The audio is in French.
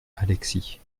alexis